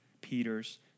Peter's